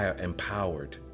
empowered